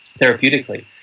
therapeutically